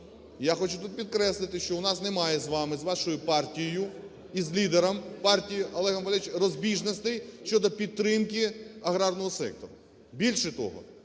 Я хочу тут підкреслити, що у нас немає з вами, з вашою партією і з лідером партії Олегом Валерійовичем розбіжностей щодо підтримки аграрного сектору. Більше того,